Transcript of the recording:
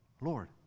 Lord